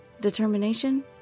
Determination